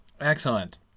Excellent